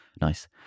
Nice